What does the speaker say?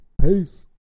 Peace